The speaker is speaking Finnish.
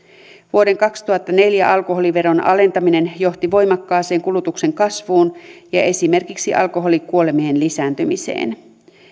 vuoden kaksituhattaneljä alkoholiveron alentaminen johti voimakkaaseen kulutuksen kasvuun ja esimerkiksi alkoholikuolemien lisääntymiseen